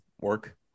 work